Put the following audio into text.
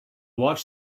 watch